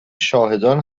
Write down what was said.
شاهدان